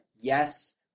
yes